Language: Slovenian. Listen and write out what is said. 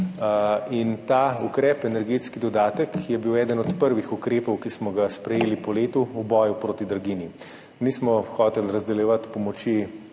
in ta ukrep, energetski dodatek, je bil eden od prvih ukrepov, ki smo ga sprejeli po letu v boju proti draginji. Nismo hoteli razdeljevati pomoči